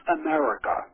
America